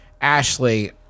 Ashley